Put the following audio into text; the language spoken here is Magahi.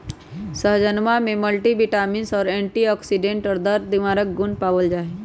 सहजनवा में मल्टीविटामिंस एंटीऑक्सीडेंट और दर्द निवारक गुण पावल जाहई